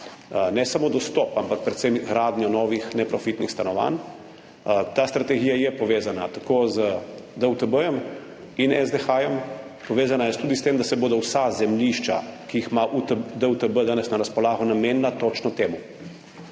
ne samo dostop, ampak predvsem gradnjo novih neprofitnih stanovanj. Ta strategija je povezana tako z DUTB in SDH, povezana je tudi s tem, da se bodo vsa zemljišča, ki jih ima DUTB danes na razpolago, namenila točno temu.